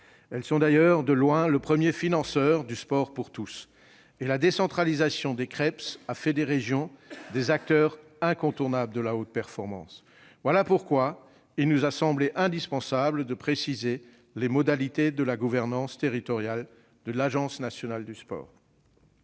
lesquelles sont d'ailleurs de loin le premier financeur du sport pour tous. En outre, la décentralisation des Creps a fait des régions des acteurs incontournables de la haute performance. Voilà pourquoi il nous a semblé indispensable de préciser les modalités de la gouvernance territoriale de l'Agence nationale du sport.